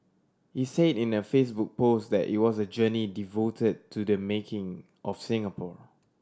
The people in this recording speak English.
he say in a Facebook post that it was a journey devoted to the making of Singapore